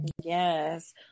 Yes